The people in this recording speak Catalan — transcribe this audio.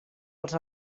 els